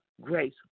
grace